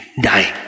die